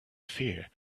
fear